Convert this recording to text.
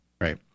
Right